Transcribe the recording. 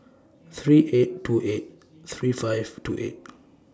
three eight two eight three five two eight